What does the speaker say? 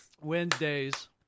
Wednesdays